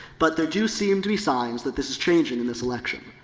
but there do seem to be signs that this is changing in this election.